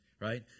right